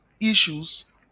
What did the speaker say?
issues